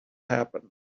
happen